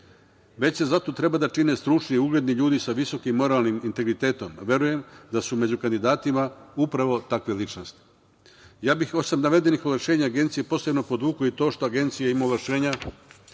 Veće zato treba da čine stručni i ugledni ljudi sa visokim moralnim integritetom. Verujem da su među kandidatima upravo takve ličnosti. Pored navedenih ovlašćenja Agencije posebno bih podvukao to što Agencija ima ovlašćenja